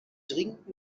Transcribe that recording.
dringend